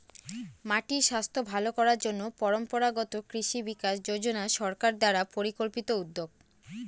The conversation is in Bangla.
মাটির স্বাস্থ্য ভালো করার জন্য পরম্পরাগত কৃষি বিকাশ যোজনা সরকার দ্বারা পরিকল্পিত উদ্যোগ